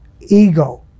ego